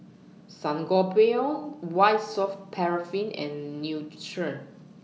Sangobion White Soft Paraffin and Nutren